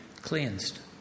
cleansed